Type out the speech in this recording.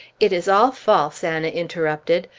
it is all false! anna interrupted.